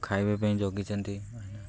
ଖାଇବା ପାଇଁ ଜଗିଛନ୍ତି